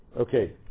Okay